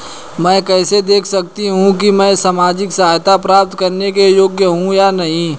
मैं कैसे देख सकती हूँ कि मैं सामाजिक सहायता प्राप्त करने के योग्य हूँ या नहीं?